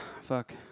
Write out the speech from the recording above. fuck